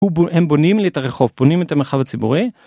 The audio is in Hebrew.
הם בונים לי את הרחוב בונים את המרחב הציבורי.